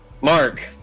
Mark